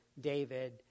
David